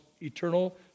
eternal